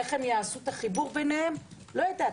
איך הם יעשו את החיבור ביניהם אני לא יודעת,